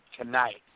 tonight